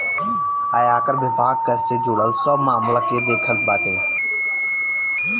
आयकर विभाग कर से जुड़ल सब मामला के देखत बाटे